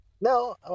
No